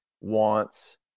wants